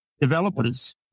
developers